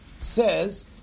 says